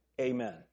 Amen